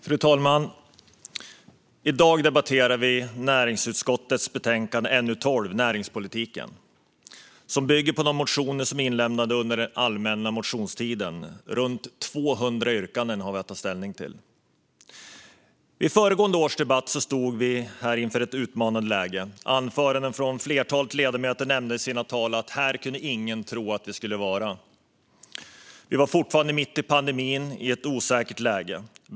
Fru talman! I dag debatterar vi näringsutskottets betänkande NU12 om näringspolitik. Det bygger på de motioner som är inlämnade under allmänna motionstiden. Runt 200 yrkanden har vi att ta ställning till. Vid föregående års debatt stod vi inför ett utmanande läge. Flertalet ledamöter nämnde i sina anföranden: Här kunde ingen tro att vi skulle vara. Vi var fortfarande mitt i pandemin och i ett osäkert läge.